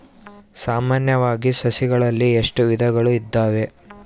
ಸಾಮಾನ್ಯವಾಗಿ ಸಸಿಗಳಲ್ಲಿ ಎಷ್ಟು ವಿಧಗಳು ಇದಾವೆ?